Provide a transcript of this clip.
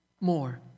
more